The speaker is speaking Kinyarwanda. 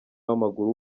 w’amaguru